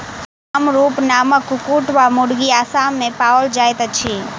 कामरूप नामक कुक्कुट वा मुर्गी असाम मे पाओल जाइत अछि